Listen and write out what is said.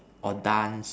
or dance